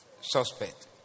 suspect